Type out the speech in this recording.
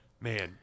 man